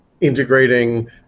integrating